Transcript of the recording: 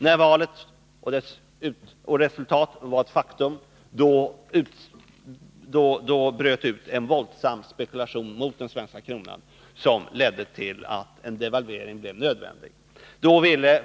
När valresultatet var ett faktum bröt det ut en våldsam spekulation mot den svenska kronan, som ledde till att en devalvering blev nödvändig.